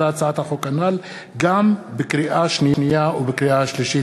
להצעת החוק הנ"ל גם בקריאה השנייה ובקריאה השלישית.